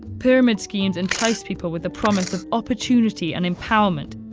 pyramid schemes entice people with the promise of opportunity and empowerment.